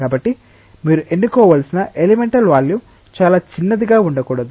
కాబట్టి మీరు ఎన్నుకోవలసిన ఎలిమెంటల్ వాల్యూమ్ చాలా చిన్నదిగా ఉండకూడదు